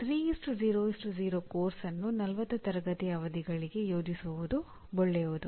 3 0 0 ಪಠ್ಯಕ್ರಮವನ್ನು 40 ತರಗತಿ ಅವಧಿಗಳಿಗೆ ಯೋಜಿಸುವುದು ಒಳ್ಳೆಯದು